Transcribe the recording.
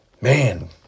man